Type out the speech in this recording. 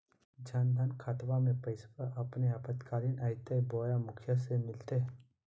जन धन खाताबा में पैसबा अपने आपातकालीन आयते बोया मुखिया से मिलते?